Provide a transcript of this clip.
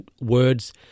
words